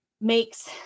makes